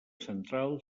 central